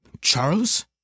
Charles